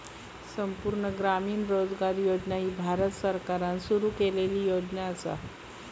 संपूर्ण ग्रामीण रोजगार योजना ही भारत सरकारान सुरू केलेली योजना असा